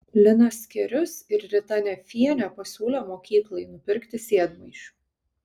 linas skierius ir rita nefienė pasiūlė mokyklai nupirkti sėdmaišių